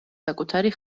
საკუთარი